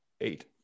Eight